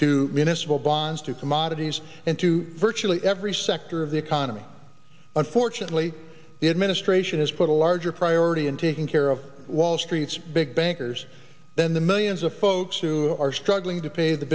to municipal bonds to commodities and to virtually every sector of the economy unfortunately the administration has put a larger priority in taking care of wall street's big bankers than the millions of folks who are struggling to pay the